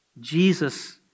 Jesus